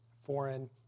foreign